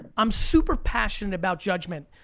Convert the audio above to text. i'm super passionate about judgment.